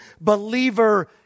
believer